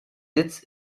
sitz